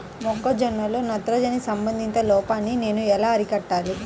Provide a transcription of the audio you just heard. మొక్క జొన్నలో నత్రజని సంబంధిత లోపాన్ని నేను ఎలా అరికట్టాలి?